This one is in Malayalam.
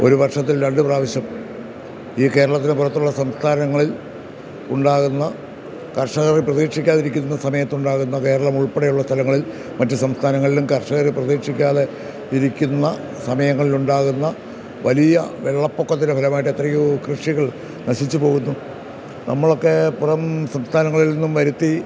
ഒരു വർഷത്തിൽ രണ്ട് പ്രാവശ്യം ഈ കേരളത്തിന് പുറത്തുള്ള സംസ്ഥാനങ്ങളിൽ ഉണ്ടാകുന്ന കർഷകർ പ്രതീക്ഷിക്കാതിരിക്കുന്ന സമയത്തുണ്ടാകുന്ന കേരളം ഉൾപ്പെടെയുള്ള സ്ഥലങ്ങളിൽ മറ്റ് സംസ്ഥാനങ്ങളിലും കർഷകർ പ്രതീക്ഷിക്കാതെ ഇരിക്കുന്ന സമയങ്ങളിലുണ്ടാകുന്ന വലിയ വെള്ളപ്പൊക്കത്തിൻ്റെ ഫലമായിട്ട് എത്രയോ കൃഷികൾ നശിച്ചുപോകുന്നു നമ്മളൊക്കെ പുറം സംസ്ഥാനങ്ങളിൽ നിന്ന് വരുത്തി